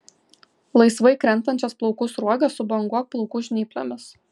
laisvai krentančias plaukų sruogas subanguok plaukų žnyplėmis